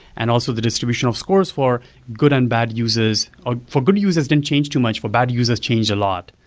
and also the distribution of scores for good and bad uses ah for good users, it didn't change too much. for bad users, changed a lot.